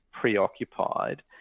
preoccupied